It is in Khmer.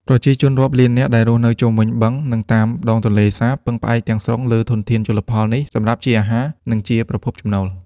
ប្រជាជនរាប់លាននាក់ដែលរស់នៅជុំវិញបឹង និងតាមដងទន្លេសាបពឹងផ្អែកទាំងស្រុងលើធនធានជលផលនេះសម្រាប់ជាអាហារ និងជាប្រភពចំណូល។